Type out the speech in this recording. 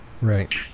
right